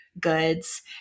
goods